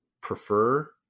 prefer